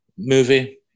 Movie